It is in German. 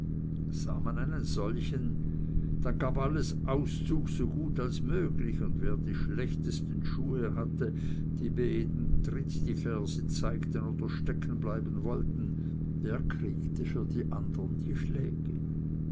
sah man einen solchen dann gab alles auszug so gut möglich und wer die schlechtesten schuhe hatte die bei jedem tritt die ferse zeigten oder stecken bleiben wollten der kriegte für die andern die schläge